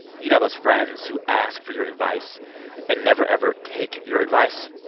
you know those friends who ask for your advice and never ever take your advice?